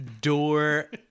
door